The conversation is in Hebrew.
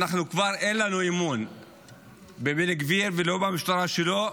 כבר אין לנו אמון בבן גביר ולא במשטרה שלו,